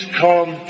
come